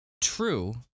true